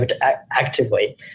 actively